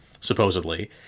supposedly